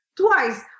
twice